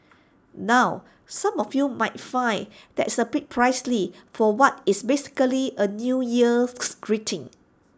now some of you might find that is A bit pricey for what is basically A new year's greeting